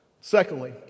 Secondly